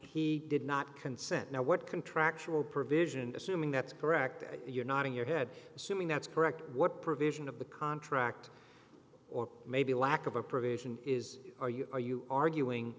he did not consent now what contractual provision assuming that's correct you're nodding your head assuming that's correct what provision of the contract or maybe lack of a provision is are you are you arguing